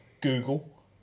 Google